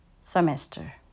semester